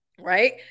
right